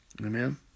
Amen